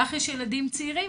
לך יש ילדים צעירים,